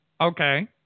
Okay